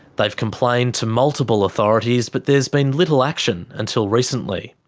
they've complained to multiple authorities but there's been little action until recently.